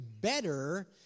better